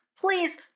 please